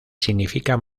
significa